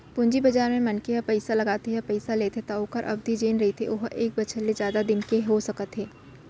पूंजी बजार म मनखे ह पइसा लगाथे या पइसा लेथे त ओखर अबधि जेन रहिथे ओहा एक बछर ले जादा दिन के हो सकत हे